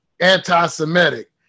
anti-Semitic